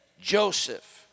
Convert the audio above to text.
Joseph